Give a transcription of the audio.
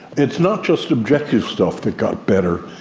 it's not just objective stuff that got better.